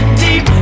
deep